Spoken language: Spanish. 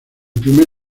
primer